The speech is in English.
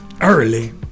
early